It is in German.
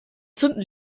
zünden